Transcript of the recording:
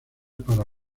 para